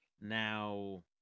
Now